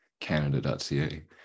Canada.ca